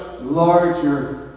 larger